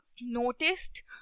noticed